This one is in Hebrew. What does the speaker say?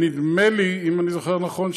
אם אני זוכר נכון,